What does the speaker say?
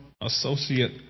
Associate